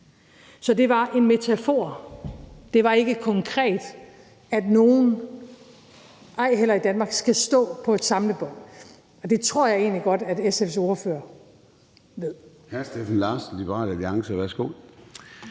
Så det var en metafor. Det var ikke konkret ment, at nogen, ej heller i Danmark, skal stå ved et samlebånd, og det tror jeg egentlig godt at SF's ordfører ved.